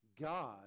God